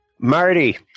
Marty